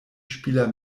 spieler